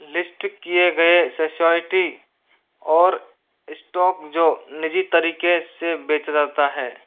list किये गए सेसोयटी और स्टोक जो निजी तरीके से बेचा जाता है